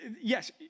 Yes